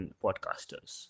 podcasters